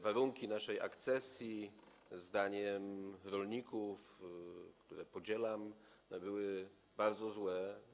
Warunki naszej akcesji zdaniem rolników, które podzielam, były bardzo złe.